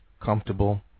comfortable